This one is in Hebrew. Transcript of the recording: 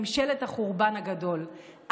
ממשלת החורבן הגדול.